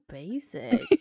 basic